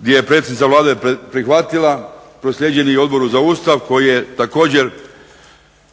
gdje je predsjednica Vlade prihvatila, proslijedila Odboru za Ustav koji je također